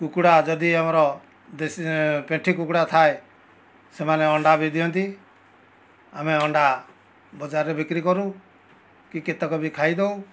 କୁକୁଡ଼ା ଯଦି ଆମର ଦେଶୀ ପେଣ୍ଠି କୁକୁଡ଼ା ଥାଏ ସେମାନେ ଅଣ୍ଡା ବି ଦିଅନ୍ତି ଆମେ ଅଣ୍ଡା ବଜାରରେ ବିକ୍ରି କରୁ କି କେତେକ ବି ଖାଇଦେଉ